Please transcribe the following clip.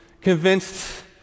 Convinced